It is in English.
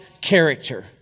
character